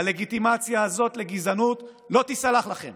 הלגיטימציה הזאת לגזענות, לא תיסלח לכם